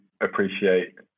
appreciate